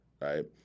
right